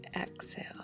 exhale